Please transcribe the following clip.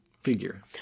figure